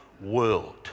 world